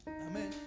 Amen